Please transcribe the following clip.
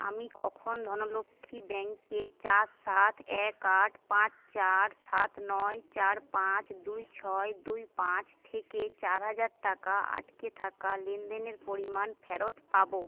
আমি কখন ধনলক্ষ্মী ব্যাঙ্কে চার সাত এক আট পাঁচ চার সাত নয় চার পাঁচ দুই ছয় দুই পাঁচ থেকে চার হাজার টাকা আটকে থাকা লেনদেনের পরিমাণ ফেরত পাবো